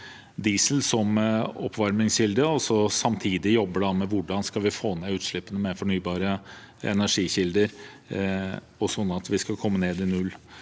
diesel som oppvarmingskilde og samtidig jobber med hvordan vi skal få ned utslippene med fornybare energikilder, sånn at vi kommer ned i null.